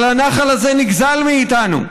אבל הנחל הזה נגזל מאיתנו,